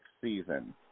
season